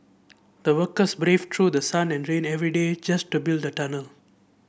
the workers braved through the sun and rain every day just to build the tunnel